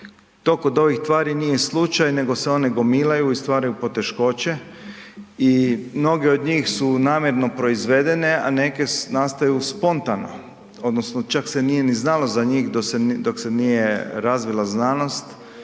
To kod ovih tvari nije slučaj nego se one gomilaju i stvaraju poteškoće i mnoge od njih su namjerno proizvedene, a neke nastaju spontano odnosno čak se nije ni znalo za njih dok se nije razvila znanost,